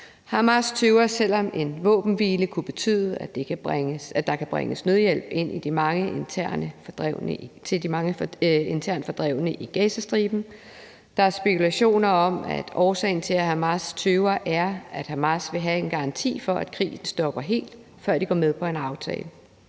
Hamas tøver, selv om en våbenhvile kunne betyde, at der kan bringes nødhjælp ind til de mange internt fordrevne i Gazastriben. Der er spekulationer om, at årsagen til, at Hamas tøver, er, at Hamas vil have en garanti for, at krigen stopper helt, før de går med på en aftale.